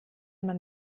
man